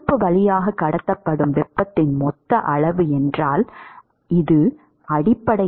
துடுப்பு வழியாக கடத்தப்படும் வெப்பத்தின் மொத்த அளவு என்றால் அடிப்படை